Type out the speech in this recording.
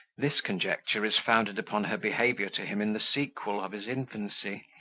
this conjecture is founded upon her behaviour to him in the sequel of his infancy,